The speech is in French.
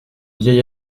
vieil